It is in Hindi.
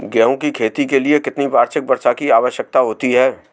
गेहूँ की खेती के लिए कितनी वार्षिक वर्षा की आवश्यकता होती है?